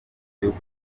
ry’uko